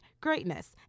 Greatness